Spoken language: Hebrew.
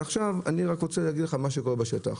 עכשיו אני רוצה להגיד לך מה שקורה בשטח.